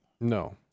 No